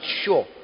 sure